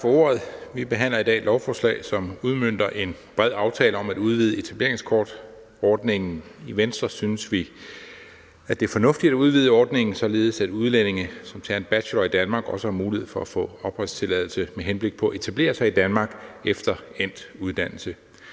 Tak for ordet. Vi behandler i dag et lovforslag, som udmønter en bred aftale om at udvide etableringskortordningen. I Venstre synes vi, at det er fornuftigt at udvide ordningen, således at udlændinge, som tager en bachelor i Danmark, også har mulighed for at få opholdstilladelse med henblik på at etablere sig i Danmark efter endt uddannelse.